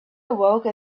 awoke